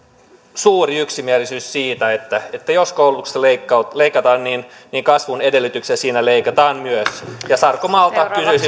suuri yksimielisyys siitä että jos koulutuksesta leikataan niin niin kasvun edellytyksiä siinä leikataan myös ja sarkomaalta